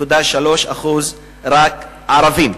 1.3% הם ערבים.